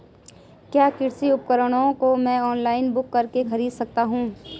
क्या कृषि उपकरणों को मैं ऑनलाइन बुक करके खरीद सकता हूँ?